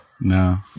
No